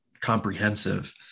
comprehensive